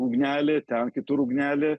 ugnelė ten kitur ugnelė